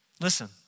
Listen